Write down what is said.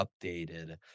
updated